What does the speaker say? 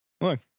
Look